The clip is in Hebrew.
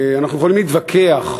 אנחנו יכולים להתווכח,